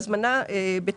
ההזמנה בתוקף.